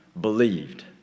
Believed